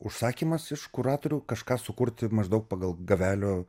užsakymas iš kuratorių kažką sukurti maždaug pagal gavelio